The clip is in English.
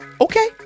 Okay